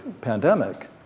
pandemic